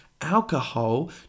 alcohol